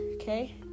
okay